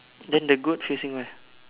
then the goat facing where